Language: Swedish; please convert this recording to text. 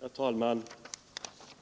Herr talman!